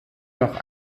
noch